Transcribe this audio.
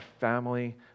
family